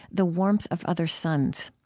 the warmth of other suns.